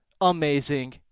amazing